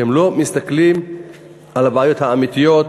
כי הם לא מסתכלים על הבעיות האמיתיות,